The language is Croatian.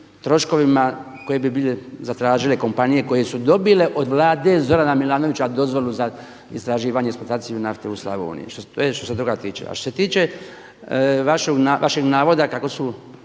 troškovima koje bi bile zatražile kompanije koje su dobile od Vlade Zorana Milanovića dozvolu za istraživanje, eksploataciju nafte u Slavoniji. To je što se toga tiče. A što se tiče vašeg navoda kako su,